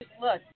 look